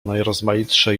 najrozmaitsze